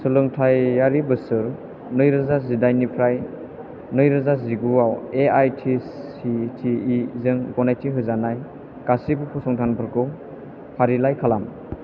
सोलोंथायारि बोसोर नैरोजा जिदाइननिफ्राय नैरोजा जिगुआव एआइसिटिइ जों गनायथि होजानाय गासिबो फसंथानफोरखौ फारिलाइ खालाम